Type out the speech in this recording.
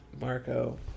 Marco